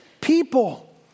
people